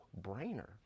brainer